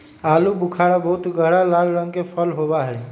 आलू बुखारा बहुत गहरा लाल रंग के फल होबा हई